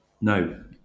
No